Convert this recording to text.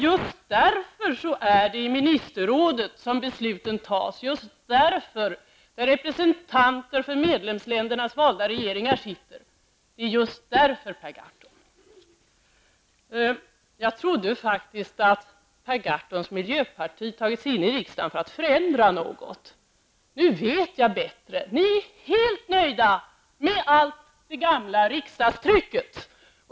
Just därför är det i ministerrådet, där representanter för medlemsländernas valda regeringar sitter, som besluten tas. Det är just därför, Per Gahrton. Jag trodde faktiskt att Per Gahrtons miljöparti tagit sig in i riksdagen för att förändra något. Nu vet jag bättre. Ni är helt nöjda med allt det gamla riksdagstrycket.